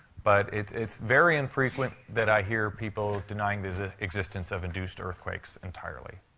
but it's very infrequent that i hear people denying the existence of induced earthquakes entirely.